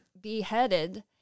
beheaded